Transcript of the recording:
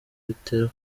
bitera